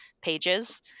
pages